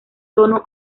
tono